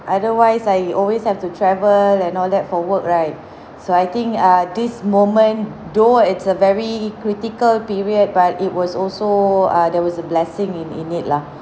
otherwise I always have to travel and all that for work right so I think err this moment though it's a very critical period but it was also err there was a blessing in in it lah